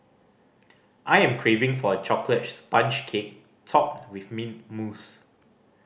I am craving for a chocolate sponge cake topped with mint mousse